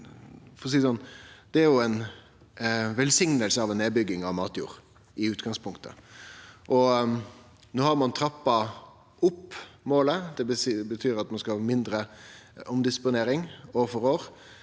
sånn – ei velsigning av nedbygging av matjord i utgangspunktet. No har ein trappa opp målet. Det betyr at ein skal ha mindre omdisponering år for år.